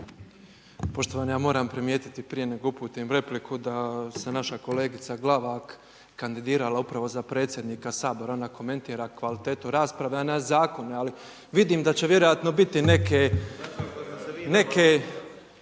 Poštovani, ja moram primijetiti prije nego uputim repliku da se naša kolegica Glavak kandidirala upravo za predsjednika Sabora, ona komentira kvalitetu rasprave a ne zakone, ali vidim da će vjerojatno biti neke